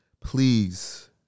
Please